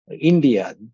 India